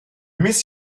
miss